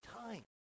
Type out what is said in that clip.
time